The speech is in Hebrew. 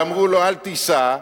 ואמרו לו: אל תיסע,